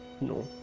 no